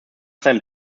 seinem